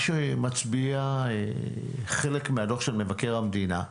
מה שמצביע חלק מהדוח של מבקר המדינה,